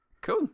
Cool